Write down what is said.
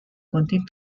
continue